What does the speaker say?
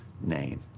name